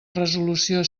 resolució